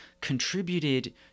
contributed